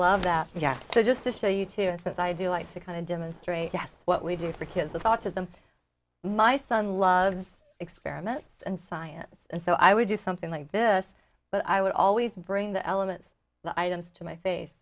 that yes so just to show you to a sense i do like to kind of demonstrate what we do for kids with autism my son loves experiments and science and so i would do something like this but i would always bring the elements items to my face